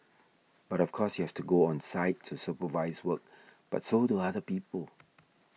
but of course you have to go on site to supervise work but so do other people